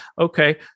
okay